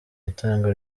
itangwa